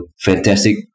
fantastic